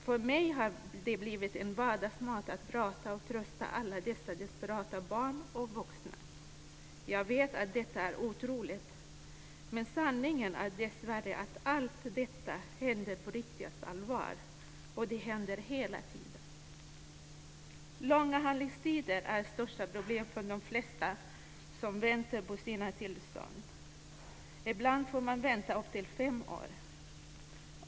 För mig har det blivit vardagsmat att prata med och trösta alla dessa desperata barn och vuxna. Jag vet att detta är otroligt, men sanningen är dessvärre att allt detta händer på fullaste allvar, och det händer hela tiden. Långa handläggningstider är det största problemet för de flesta som väntar på sina tillstånd. Ibland får man vänta upp till fem år.